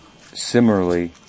similarly